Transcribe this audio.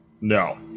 No